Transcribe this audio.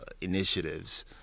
initiatives